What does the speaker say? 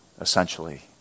essentially